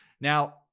Now